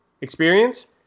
experience